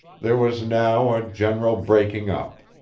there was now a general breaking up.